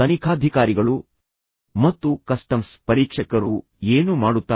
ತನಿಖಾಧಿಕಾರಿಗಳು ಮತ್ತು ಕಸ್ಟಮ್ಸ್ ಪರೀಕ್ಷಕರು ಏನು ಮಾಡುತ್ತಾರೆ